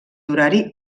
horari